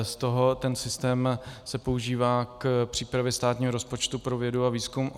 Z toho ten systém se používá k přípravě státního rozpočtu pro vědu a výzkum.